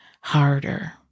harder